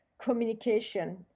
communication